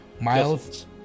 Miles